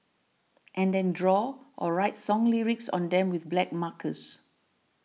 and then draw or write song lyrics on them with black markers